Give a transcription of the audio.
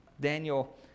Daniel